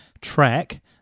track